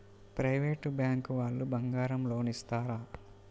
Private bank వాళ్ళు బంగారం loan ఇస్తారా?